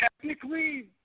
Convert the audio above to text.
technically